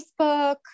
Facebook